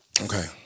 Okay